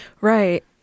Right